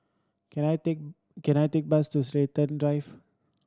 can I take can I take bus to Chiltern Drive